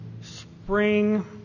spring